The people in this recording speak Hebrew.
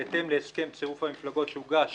בהתאם להסכם צירוף המפלגות שהוגש